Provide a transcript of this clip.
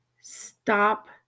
Stop